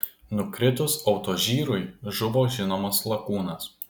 nukritus autožyrui žuvo žinomas lakūnas